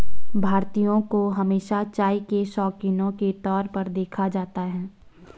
भारतीयों को हमेशा चाय के शौकिनों के तौर पर देखा जाता है